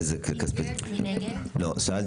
לא נימקתי